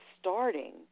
starting